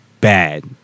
bad